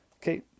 Okay